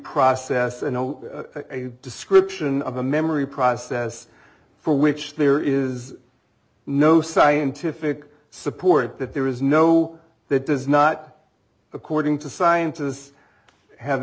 process and a description of a memory process for which there is no scientific support that there is no that does not according to scientists